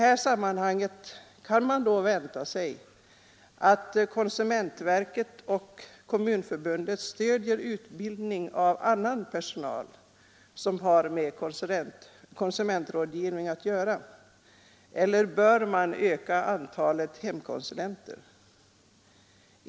Kan man då också vänta sig att konsumentverket och Kommunförbundet stöder utbildning av annan personal som har med konsumentrådgivning att göra eller bör man öka antalet hemkonsulenter?